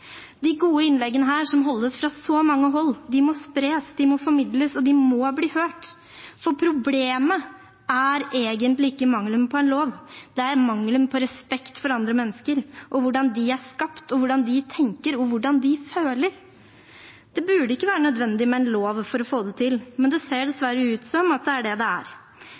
De gode innleggene her som holdes fra så mange hold, må spres, de må formidles, og de må bli hørt. For problemet er egentlig ikke mangelen på en lov, det er mangelen på respekt for andre mennesker, hvordan de er skapt, hvordan de tenker, og hvordan de føler. Det burde ikke være nødvendig med en lov for å få det til, men det ser det dessverre ut som at det er.